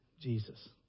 Jesus